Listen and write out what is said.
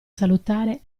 salutare